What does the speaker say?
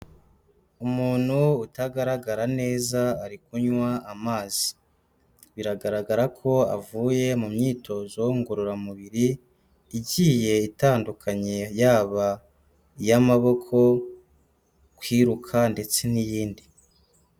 Umuntu utagaragara neza ari kunywa amazi. Biragaragara ko avuye mu myitozo ngororamubiri, igiye itandukanye yaba iy'amaboko, kwiruka ndetse n'iyindi.